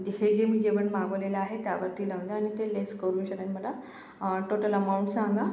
हे जे मी जेवण मागवलेलं आहे त्यावरती लावा आणि ते लेस करून आणि मला टोटल अमाऊंट सांगा